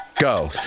Go